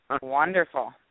Wonderful